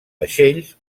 vaixells